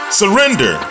surrender